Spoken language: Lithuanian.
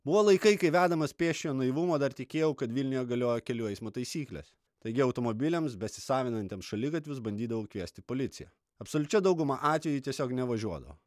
buvo laikai kai vedamas pėsčiojo naivumo dar tikėjau kad vilniuje galioja kelių eismo taisyklės taigi automobiliams besisavinantiems šaligatvius bandydavau kviesti policiją absoliučia dauguma atvejų tiesiog nevažiuodavo